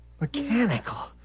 mechanical